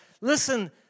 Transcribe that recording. listen